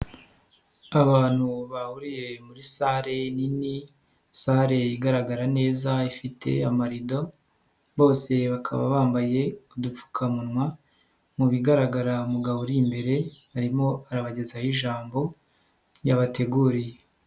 Abantu bahuriye muri salle nini salle igaragara neza ifite amarido bose bakaba bambaye udupfukamunwa, mu bigaragara umugabo uri imbere arimo arabagezaho ijambo yabateguriye.